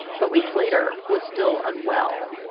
but weeks later was still unwell.